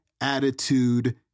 attitude